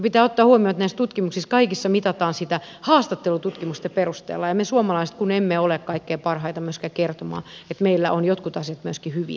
pitää ottaa huomioon että näissä kaikissa tutkimuksissa mitataan sitä haastattelututkimusten perusteella ja me suomalaiset emme ole kaikkein parhaita kertomaan että meillä on jotkut asiat hyvin